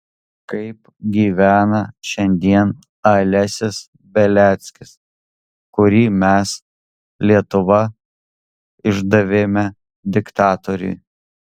kaip gyvena šiandien alesis beliackis kurį mes lietuva išdavėme diktatoriui